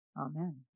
Amen